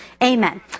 Amen